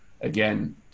again